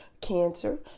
Cancer